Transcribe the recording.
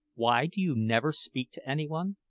why do you never speak to any one?